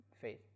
faith